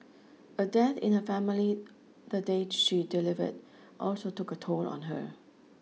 a death in her family the day she delivered also took a toll on her